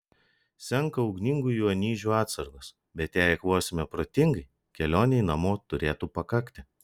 senka ugningųjų anyžių atsargos bet jei eikvosime protingai kelionei namo turėtų pakakti